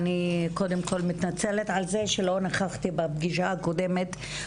קודם כל אני מתנצלת על זה שלא נכחתי בפגישה הקודמת.